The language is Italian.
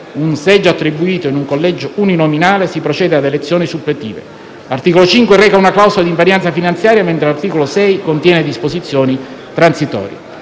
un seggio attribuito in un collegio uninominale si procede ad elezioni suppletive. L'articolo 5 reca una clausola di invarianza finanziaria, mentre l'articolo 6 contiene disposizioni transitorie.